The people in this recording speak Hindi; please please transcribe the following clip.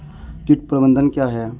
कीट प्रबंधन क्या है?